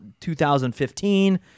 2015